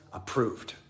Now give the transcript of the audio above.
approved